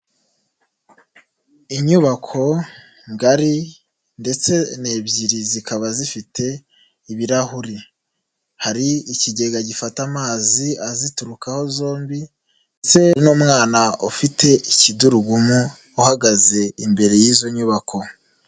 Inyubako ngari ndetse ni ebyiri, zikaba zifite ibirahuri, hari ikigega gifata amazi aziturukaho zombi, ndetse hari n'umwana ufite ikidurugumu uhagaze imbere y'izo nyubako.